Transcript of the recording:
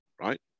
right